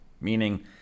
meaning